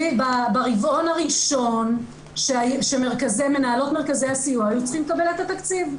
ברבעון הראשון כשמנהלות מרכזי הסיוע היו צריכות לקבל את התקציב.